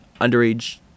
underage